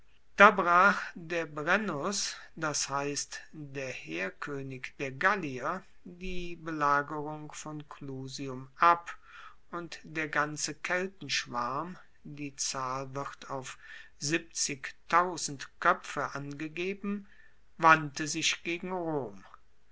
da brach der brennus das heisst der heerkoenig der gallier die belagerung von clusium ab und der ganze keltenschwarm die zahl wird auf koepfe angegeben wandte sich gegen rom